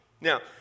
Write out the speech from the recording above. Now